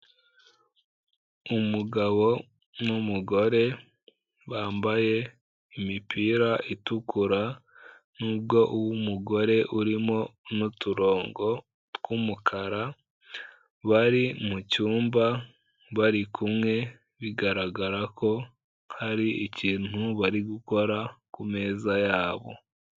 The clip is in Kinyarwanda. Umugabo n'umugore bambaye imipira itukura n'ubwo uw'umugore urimo n'uturongo tw'umukara, bari mu cyumba bari kumwe bigaragara ko hari ikintu bari gukora ku meza yabo.